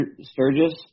Sturgis